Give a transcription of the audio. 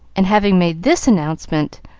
and, having made this announcement,